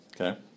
okay